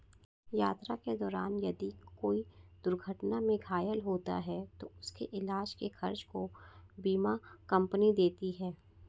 यात्रा के दौरान यदि कोई दुर्घटना में घायल होता है तो उसके इलाज के खर्च को बीमा कम्पनी देती है